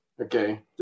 Okay